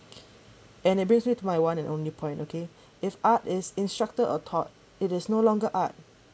and it brings me to my one and only point okay if art is instructor a thought it is no longer art